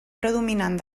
predominant